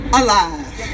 alive